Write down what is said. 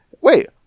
wait